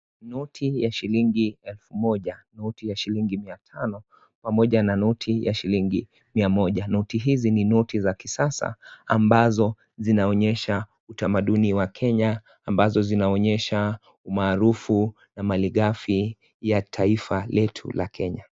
Noti ya shilingi elfu moja, noti ya shilingi mia tano pamoja na noti ya shilingi mia moja. Noti hizi ni noti za kisasa ambazo zinaonyesha, utamaduni wa Kenya, ambazo zinaonyesha umaarufu na malighafi ya taifa letu la Kenya.